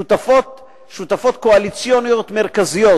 שותפות קואליציוניות מרכזיות,